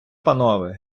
панове